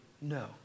No